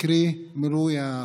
קרי מילוי החוק?